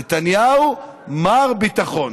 נתניהו, מר ביטחון.